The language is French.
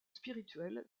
spirituelles